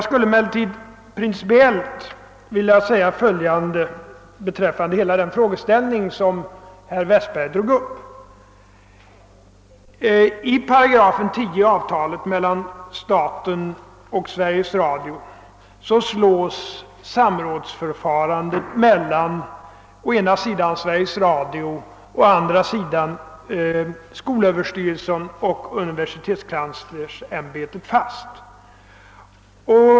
Principiellt vill jag emellertid framhålla följande beträffande hela denna frågeställning, I 10 § i avtalet mellan staten och Sveriges - Radio slås samrådsförfarandet mellan å ena sidan Sveriges Radio och å andra sidan skolöverstyrelsen och universitetskanslersämbetet fast.